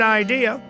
idea